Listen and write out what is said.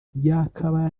yakabaye